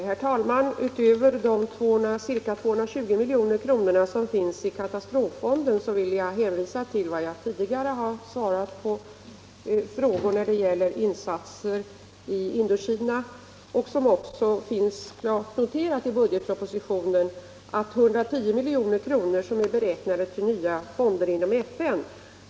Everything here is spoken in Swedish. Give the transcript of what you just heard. Herr talman! Jag vill hänvisa till vad jag tidigare svarat på frågor när det gäller insatser i Indokina och som även finns klart noterat i budgetpropositionen, nämligen att utöver de ca 220 milj.kr. som finns i katastroffonden är 110 milj.kr. beräknade att avsättas till nya fonder inom FN.